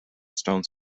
stone